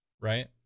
right